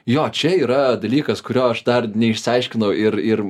jo čia yra dalykas kurio aš dar neišsiaiškinau ir ir